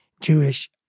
jewish